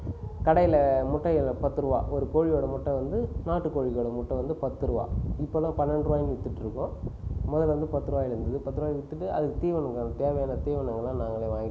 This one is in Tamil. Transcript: கடையில் முட்டை பத்து ரூவா ஒரு கோழியோடய முட்டை வந்து நாட்டுக்கோழியோடய முட்டை வந்து பத்து ரூவா இப்பலாம் பண்ணண்டு ரூபாயுனு விற்றுட்டு இருக்கோம் முதலில் வந்து பத்து ரூவாயில் இருந்தது பத்து ரூபாய் விற்றுட்டு அதுக்கு தீவனங்கள் தேவையான தீவனங்களெலாம் நாங்களே வாங்கிட்டு வந்துடுவோம்